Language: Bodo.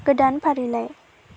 गोदान फारिलाइ